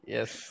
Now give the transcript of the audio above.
Yes